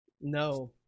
No